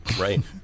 right